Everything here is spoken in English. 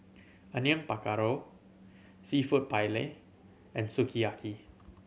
Onion Pakora Seafood Paella and Sukiyaki